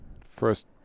first